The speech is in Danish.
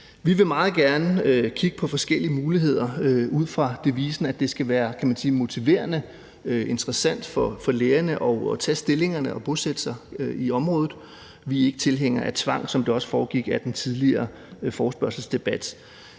Vi vil meget gerne kigge på forskellige muligheder ud fra devisen, at det skal være motiverende, interessant for lægerne at tage stillingerne og bosætte sig i området. Vi er ikke tilhængere af tvang, som det også fremgik af den tidligere forespørgselsdebat.